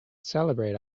celebrate